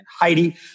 Heidi